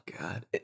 god